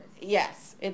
Yes